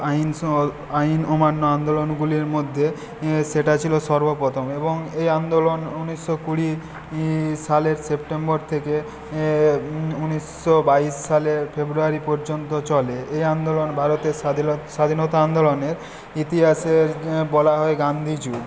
অহিংস আইন অমান্য আন্দোলনগুলির মধ্যে সেটা ছিল সর্বপ্রথম এবং এই আন্দোলন উনিশশো কুড়ি সালের সেপ্টেম্বর থেকে উনিশশো বাইশ সালের ফেব্রুয়ারি পর্যন্ত চলে এ আন্দোলন ভারতের স্বাধীনতা আন্দোলনের ইতিহাসে বলা হয় গান্ধীজি